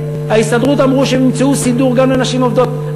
ההסתדרות אמרו שהם ימצאו סידור גם לנשים עובדות.